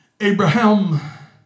Abraham